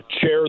chair